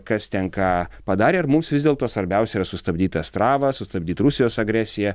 kas ten ką padarė ar mums vis dėlto svarbiausia yra sustabdyt astravą sustabdyt rusijos agresiją